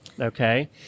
Okay